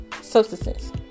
substances